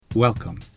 Welcome